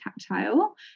tactile